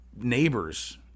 neighbors